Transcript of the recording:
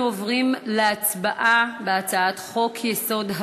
אנחנו עוברים להצבעה על הצעת חוק-יסוד: